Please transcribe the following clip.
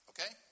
Okay